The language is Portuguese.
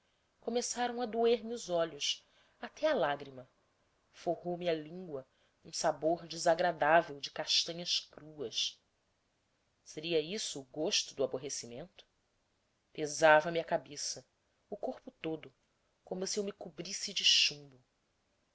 começaram a doer me os olhos até à lágrima forrou me a língua um sabor desagradável de castanhas cruas seria isso o gosto do aborrecimento pesava me a cabeça o corpo todo como se eu me cobrisse de chumbo